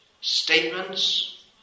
statements